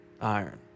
iron